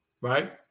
right